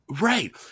right